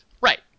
Right